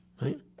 Right